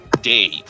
Dave